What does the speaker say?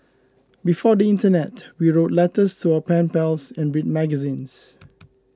before the internet we wrote letters to our pen pals and read magazines